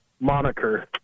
moniker